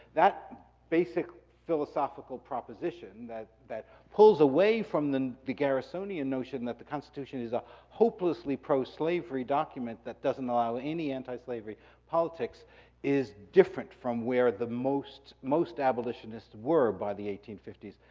that basic philosophical proposition that that pulls away from the the garrisonian notion that the constitution is a hopelessly proslavery document that doesn't allow any antislavery politics is different from where the most most abolitionists were by the eighteen fifty s.